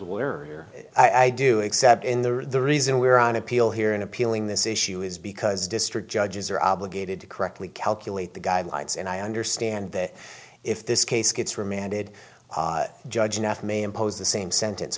burden here i do except in the the reason we are on appeal here in appealing this issue is because district judges are obligated to correctly calculate the guidelines and i understand that if this case gets remanded judge enough may impose the same sentence